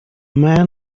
man